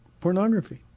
pornography